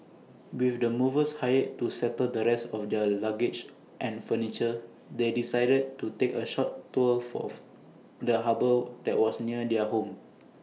with the movers hired to settle the rest of their luggage and furniture they decided to take A short tour of the harbour that was near their new home